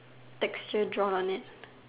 texture drawn on it